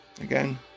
again